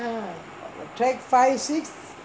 track five six